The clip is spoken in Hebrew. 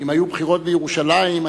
שאם היו בחירות בירושלים,